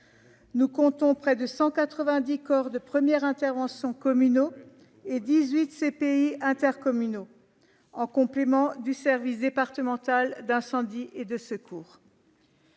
Nous comptons près de 190 corps de première intervention communaux et 18 CPI intercommunaux, en complément du service départemental d'incendie et de secours.